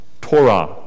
Torah